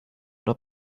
oder